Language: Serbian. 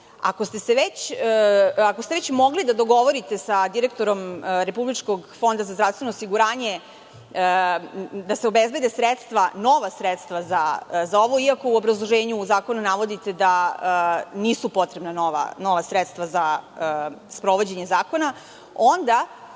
Ako ste već mogli da se dogovorite sa direktorom Republičkog fonda za zdravstveno osiguranje da se obezbede nova sredstva za ovo, iako u obrazloženju u zakonu navodite da nisu potrebna nova sredstva za sprovođenje zakona, onda